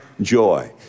joy